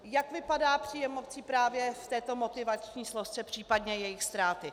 Jak vypadá příjem obcí právě v této motivační složce, případně jejich ztráty?